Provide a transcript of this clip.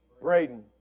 Braden